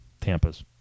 Tampa's